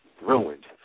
ruined